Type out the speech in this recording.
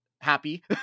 happy